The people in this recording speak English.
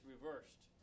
reversed